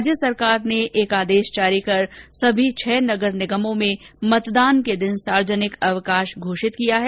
राज्य सरकार ने एक आदेश जारी कर सभी छह नगर निगमों में मतदान के दिन सार्वजनिक अवकाश घोषित किया है